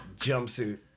jumpsuit